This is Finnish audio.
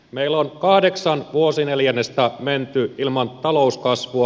meillä on kahdeksan vuosineljännestä menty ilman talouskasvua